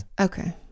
okay